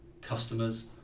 customers